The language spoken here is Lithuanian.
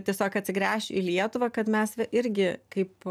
tiesiog atsigręš į lietuvą kad mes vi irgi kaip